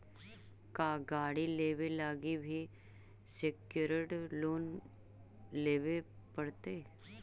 का गाड़ी लेबे लागी भी सेक्योर्ड लोन लेबे पड़तई?